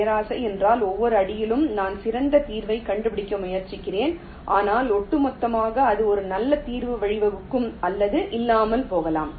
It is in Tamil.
பேராசை என்றால் ஒவ்வொரு அடியிலும் நான் சிறந்த தீர்வைக் கண்டுபிடிக்க முயற்சிக்கிறேன் ஆனால் ஒட்டுமொத்தமாக அது ஒரு நல்ல தீர்வுக்கு வழிவகுக்கும் அல்லது இல்லாமல் போகலாம்